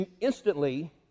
instantly